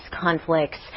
conflicts